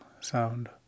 sound